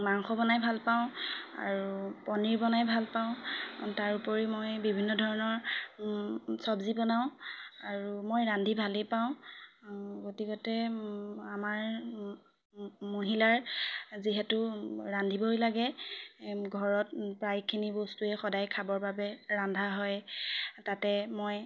মাংস বনাই ভাল পাওঁ আৰু পনিৰ বনাই ভাল পাওঁ তাৰ উপৰি মই বিভিন্ন ধৰণৰ চবজি বনাওঁ আৰু মই ৰান্ধি ভালে পাওঁ গতিকতে আমাৰ মহিলাৰ যিহেতু ৰান্ধিবই লাগে ঘৰত প্ৰায়খিনি বস্তুৱে সদায় খাবৰ বাবে ৰন্ধা হয় তাতে মই